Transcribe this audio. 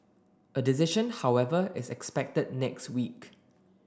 a decision however is expected next week